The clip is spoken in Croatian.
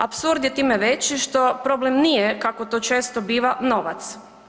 Apsurd je time veći što problem nije, kako to često biva, novac.